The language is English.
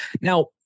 now